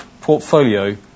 portfolio